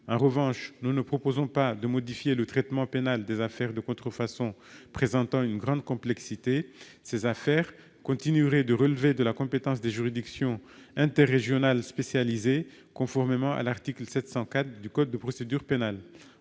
En revanche, nous ne proposons pas de modifier le traitement pénal des affaires de contrefaçon présentant une grande complexité ; ces affaires continueraient de relever de la compétence des juridictions interrégionales spécialisées, conformément à l'article 704 du code de procédure pénale.